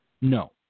No